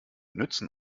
nützen